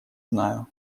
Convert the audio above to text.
знаю